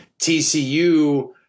TCU